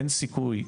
אין סיכוי.